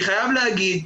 אני חייב להגיד,